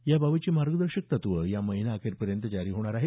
या बाबतची मार्गदर्शक तत्वं या महिना अखेरपर्यंत जारी होणार आहेत